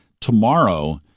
Tomorrow